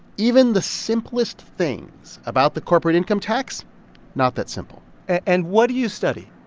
even the simplest things about the corporate income tax not that simple and what do you study?